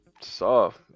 Soft